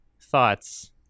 thoughts